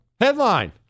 Headline